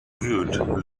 good